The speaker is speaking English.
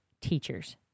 teachers